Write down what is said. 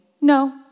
No